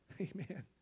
amen